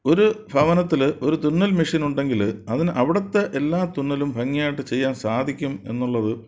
ഒരു ഭവനത്തിൽ ഒരു തുന്നൽ മഷീൻ ഉണ്ടെങ്കിൽ അതിന് അവിടുത്തെ എല്ലാ തുന്നലും ഭംഗി ആയിട്ടു ചെയ്യാൻ സാധിക്കും എന്നുള്ളത്